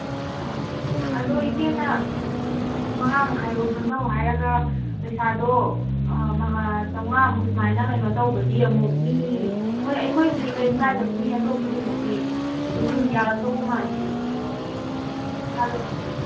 ꯍꯣꯏ ꯑꯗꯨ ꯏꯆꯦꯅ ꯃꯉꯥ ꯃꯈꯥꯏꯕꯨꯛ ꯆꯣꯟꯗꯧ ꯍꯥꯏꯔꯒ ꯄꯩꯁꯥꯗꯣ ꯆꯥꯝꯃꯉꯥꯃꯨꯛ ꯁꯨꯃꯥꯏꯅ ꯀꯩꯅꯣ ꯇꯧꯕꯗꯤ ꯑꯃꯨꯛ ꯃꯤ ꯍꯣꯏ ꯑꯩꯈꯣꯏꯕꯨꯗꯤ ꯀꯩꯝ ꯀꯥꯏꯗꯕ ꯃꯤ ꯑꯇꯣꯞꯄꯗꯨꯅꯗꯤ ꯑꯗꯨꯝ ꯌꯥꯔꯛꯇꯧꯕ ꯃꯥꯟꯗꯤꯌꯦ ꯄꯩꯁꯥꯗꯣ